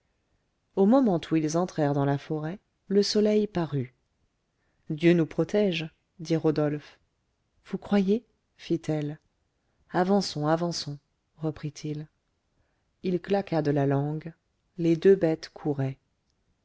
au moment où ils entrèrent dans la forêt le soleil parut dieu nous protège dit rodolphe vous croyez fit-elle avançons avançons reprit-il il claqua de la langue les deux bêtes couraient